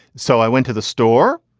so i went to the store.